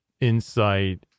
insight